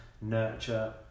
Nurture